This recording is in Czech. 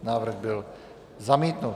Návrh byl zamítnut.